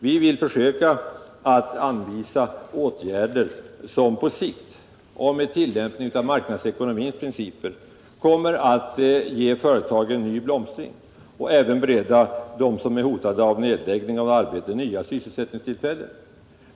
Vi vill försöka anvisa åtgärder som på sikt och med tillämpning av marknadsekonomins principer kommer att ge företagen ny blomstring och även bereda dem som är hotade av nedläggning nya sysselsättningstillfällen.